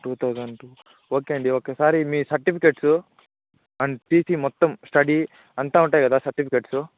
two thousand two okay అండి ఒకసారి మీ సర్టిఫికెట్సు అండ్ టీసి మొత్తం స్టడీ అంతా ఉంటాయి కదా సర్టిఫికెట్సు